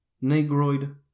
Negroid